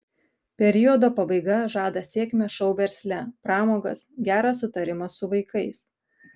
periodo pabaiga žada sėkmę šou versle pramogas gerą sutarimą su vaikais